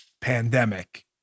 pandemic